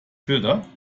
filter